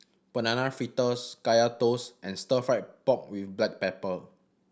Banana Fritters Kaya Toast and Stir Fried Pork With Black Pepper